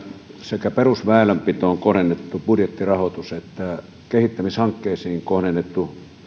sekä perusväylänpitoon kohdennettu budjettirahoitus että kehittämishankkeisiin kohdennettu